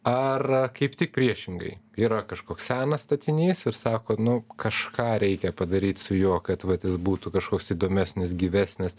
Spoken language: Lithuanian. ar kaip tik priešingai yra kažkoks senas statinys ir sakot nu kažką reikia padaryt su juo kad vat jis būtų kažkoks įdomesnis gyvesnis